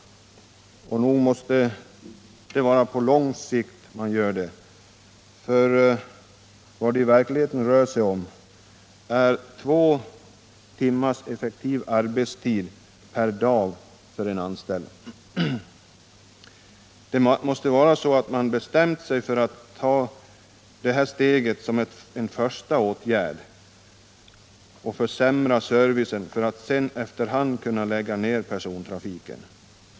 Nog måste det vara på lång sikt man gör detta, för vad det i verkligheten rör sig om är två timmars effektiv arbetstid per dag för en anställd. Det måste vara så att man har bestämt sig för att ta detta steg som en första åtgärd i syfte att försämra servicen, för att sedan kunna lägga ned persontrafiken helt.